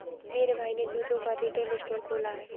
मेरे भाई ने जूतों का रिटेल स्टोर खोला है